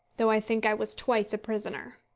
though i think i was twice a prisoner.